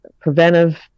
preventive